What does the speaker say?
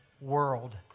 world